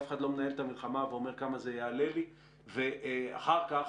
אף אחד לא מנהל את המלחמה ואומר כמה זה יעלה לו אלא אחר כך